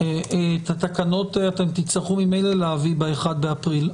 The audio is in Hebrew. את התקנות ממילא תצטרכו להביא ב-1 באפריל.